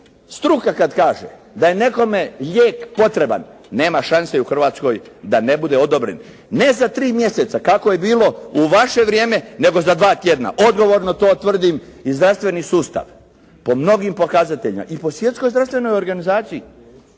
Struka kad kaže da je nekome lijek potreban nema šanse u Hrvatskoj da ne bude odobren. Ne za 3 mjeseca kako je bilo u vaše vrijeme nego za 2 tjedna. Odgovorno to tvrdim i zdravstveni sustav po mnogim pokazateljima i po svjetskoj zdravstvenoj organizaciji,